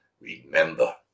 remember